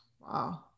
Wow